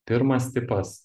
pirmas tipas